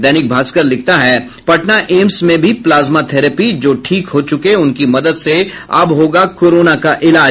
दैनिक भास्कर लिखता है पटना एम्स में भी प्लाजमा थेरेपी जो ठीक हो च्रके उनकी मदद से अब होगा कोरोना का इलाज